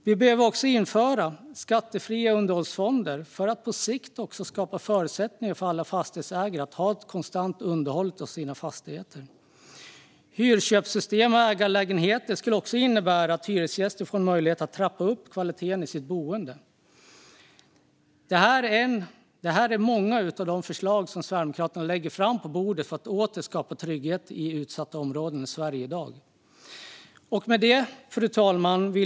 Vi behöver också införa skattefria underhållsfonder för att på sikt skapa förutsättningar för alla fastighetsägare att konstant kunna underhålla sina fastigheter. Hyrköpssystem och ägarlägenheter skulle också innebära att hyresgäster får en möjlighet att trappa upp kvaliteten på sitt boende. Det här var många av de förslag som Sverigedemokraterna lägger fram för att åter skapa trygghet i utsatta områden i Sverige. Fru talman!